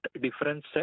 difference